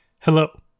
Hello